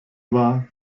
war